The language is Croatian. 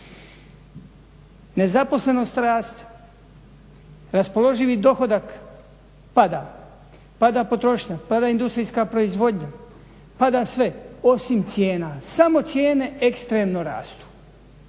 Nezaposlenost raste, raspoloživi dohodak pada, pada potrošnja, pada industrijska proizvodnja, pada sve osim cijena. Samo cijene ekstremno rastu.